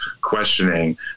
questioning